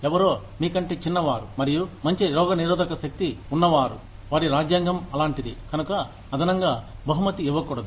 ఎవరో మీ కంటే చిన్న వారు మరియు మంచి రోగనిరోధక శక్తి ఉన్నవారు వారి రాజ్యాంగం అలాంటిది కనుక అదనంగా బహుమతి ఇవ్వకూడదు